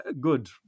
good